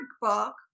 book